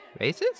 Racist